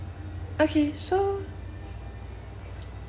okay so